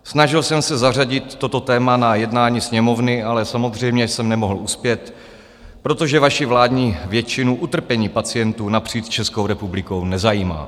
Snažil jsem se zařadit toto téma na jednání Sněmovny, ale samozřejmě jsem nemohl uspět, protože vaši vládní většinu utrpení pacientů napříč Českou republikou nezajímá.